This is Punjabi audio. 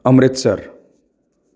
ਅੰਮ੍ਰਿਤਸਰ